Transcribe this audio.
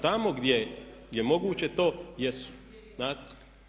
Tamo gdje je moguće to, jesu, znate.